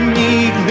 need